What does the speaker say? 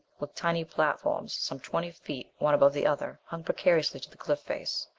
with tiny platforms some twenty feet one above the other, hung precariously to the cliff-face.